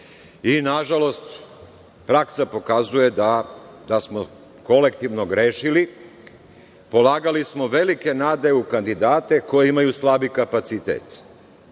i nažalost praksa pokazuje da smo kolektivno grešili. Polagali smo velike nade u kandidate koji imaju slabi kapacitet.